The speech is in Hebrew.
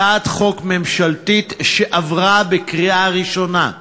הצעת חוק ממשלתית, שעברה בקריאה ראשונה,